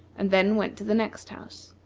and then went to the next house.